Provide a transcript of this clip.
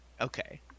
Okay